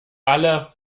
alle